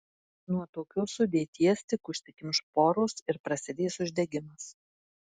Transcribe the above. nuo tokios sudėties tik užsikimš poros ir prasidės uždegimas